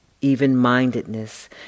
even-mindedness